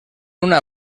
una